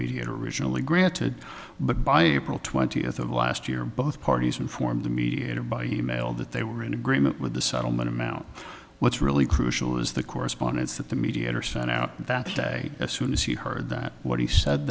mediator originally granted but by april twentieth of last year both parties informed the mediator by email that they were in agreement with the settlement amount what's really crucial is the correspondence that the mediator sent out that day as soon as he heard that what he said